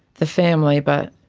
the family. but